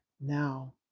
now